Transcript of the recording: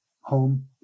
home